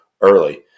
early